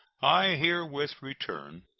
i herewith return,